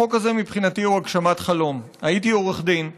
בבקשה, חבר הכנסת דב חנין, להודות.